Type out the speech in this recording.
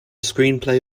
screenplay